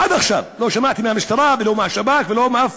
עד עכשיו לא שמעתי מהמשטרה ולא מהשב"כ ולא מאף